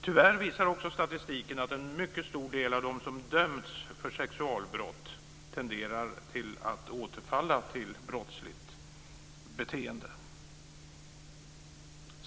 Tyvärr visar också statistiken att en mycket stor del av dem som dömts för sexualbrott tenderar att återfalla till brottsligt beteende.